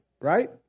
right